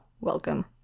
welcome